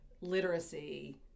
literacy